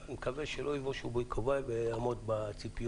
אז אני מקווה שלא יבושו בי קווי ואעמוד בציפיות,